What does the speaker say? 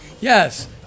Yes